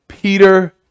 Peter